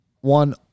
One